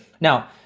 now